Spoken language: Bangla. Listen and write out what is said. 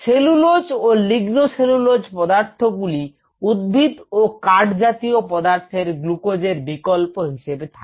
সেলুলোজ ও লিগনো সেলুলোজ পদার্থ গুলি উদ্ভিদ এবং কাঠ জাতীয় পদার্থের গ্লুকোজ এর বিকল্প হিসেবে থাকে